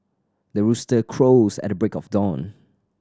the rooster crows at the break of dawn